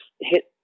hit